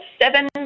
seven